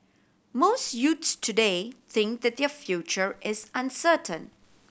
most youths today think that their future is uncertain